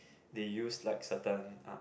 they use like certain um